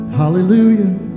hallelujah